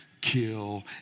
kill